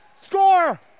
Score